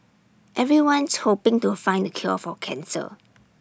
everyone's hoping to find the cure for cancer